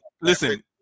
Listen